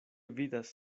vidas